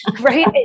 Right